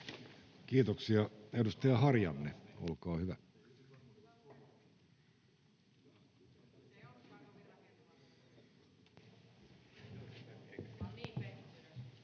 Kiitoksia. — Edustaja Harjanne, olkaa hyvä.